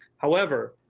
however,